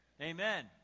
Amen